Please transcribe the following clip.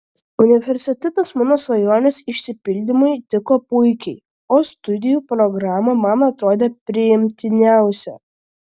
universitetas mano svajonės išsipildymui tiko puikiai o studijų programa man atrodė priimtiniausia